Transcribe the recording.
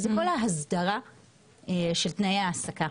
זה כל ההסדרה של תנאי ההעסקה.